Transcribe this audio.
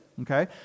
okay